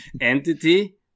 entity